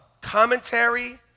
commentary